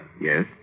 Yes